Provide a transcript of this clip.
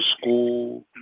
school